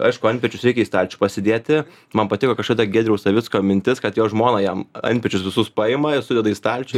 aišku antpečius reikia į stalčių pasidėti man patiko kažkada giedriaus savicko mintis kad jo žmona jam antpečius visus paima ir sudeda į stalčių